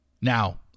Now